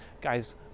guys